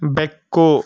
ಬೆಕ್ಕು